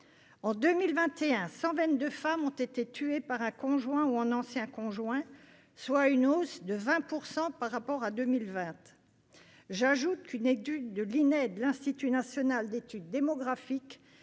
En 2021, quelque 122 femmes ont été tuées par un conjoint ou un ancien conjoint, soit une hausse de 20 % par rapport à 2020. J'ajoute qu'une étude de l'Institut national d'études démographiques